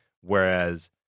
Whereas